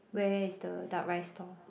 where is the duck rice stall